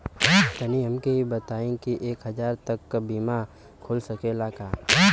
तनि हमके इ बताईं की एक हजार तक क बीमा खुल सकेला का?